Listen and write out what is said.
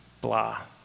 blah